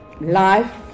life